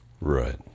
right